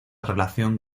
relación